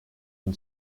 can